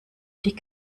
die